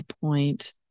point